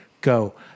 Go